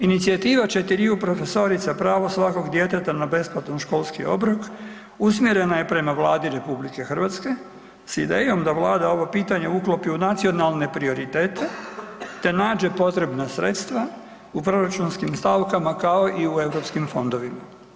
Inicijative četiriju profesorica „Pravo svakog djeteta na besplatan školski obrok“ usmjerena je prema Vladi RH s idejom da vlada ovo pitanje uklopi u nacionalne prioritete, te nađe potrebna sredstva u proračunskim stavkama, kao i u Europskim fondovima.